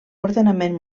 ordenament